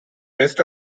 rest